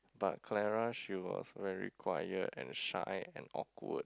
but Clara she was very quiet and shy and awkward